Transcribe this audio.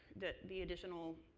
the the additional